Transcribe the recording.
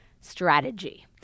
strategy